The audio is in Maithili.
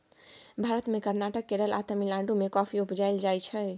भारत मे कर्नाटक, केरल आ तमिलनाडु मे कॉफी उपजाएल जाइ छै